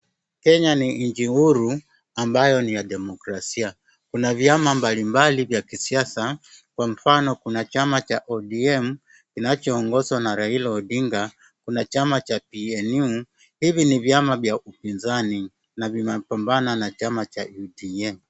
Kenya ni nchi huru ambayo ni ya demokrasia. Kuna vyama mbali mbali vya kisiasa kwa mfano kuna chama cha ODM kinacho ongozwa na raila odinga kuna chama cha PNU hivi ni vyama vya upinzani na vinapambana na chama cha UDA.